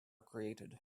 created